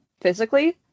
physically